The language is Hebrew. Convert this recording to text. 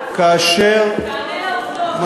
כאשר, תענה לעובדות.